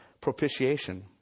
propitiation